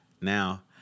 now